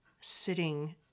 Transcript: sitting